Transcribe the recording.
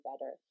better